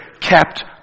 kept